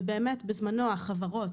ובאמת בזמנו החברות